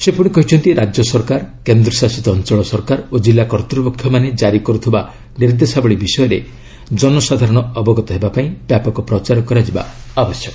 ସେ କହିଛନ୍ତି ରାଜ୍ୟ ସରକାର କେନ୍ଦ୍ର ଶାସିତ ଅଞ୍ଚଳ ସରକାର ଓ କିଲ୍ଲା କର୍ତ୍ତୃପକ୍ଷମାନେ କାରି କରୁଥିବା ନିର୍ଦ୍ଦେଶାବଳୀ ବିଷୟରେ ଜନସାଧାରଣ ଅବଗତ ହେବା ପାଇଁ ବ୍ୟାପକ ପ୍ରଚାର କରାଯିବା ଆବଶ୍ୟକ